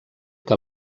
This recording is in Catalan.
que